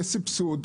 כסבסוד,